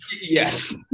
Yes